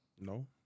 No